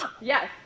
Yes